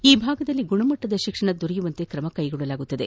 ಈ ಭಾಗದಲ್ಲಿ ಗುಣಮುಟ್ಟದ ಶಿಕ್ಷಣ ದೊರೆಯದಂತೆ ಕ್ರಮ ಕ್ಟೆಗೊಳ್ಳಲಾಗುವುದು